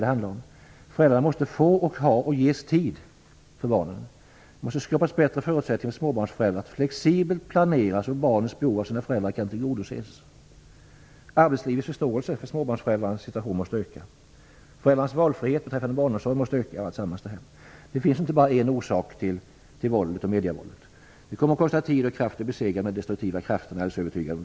Föräldrarna måste ha och ges tid för barnen. Det måste skapas bättre förutsättningar för småbarnsföräldrar att flexibelt planera så att barnens behov kan tillgodoses. Arbetslivets förståelse för småbarnsföräldrarnas situation måste öka. Föräldrarnas valfrihet beträffande barnomsorg måste öka. Det finns inte bara en orsak till våldet i vårt samhälle. Det kommer att kosta både tid och kraft att besegra de destruktiva krafterna - det är jag övertygad om.